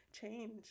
change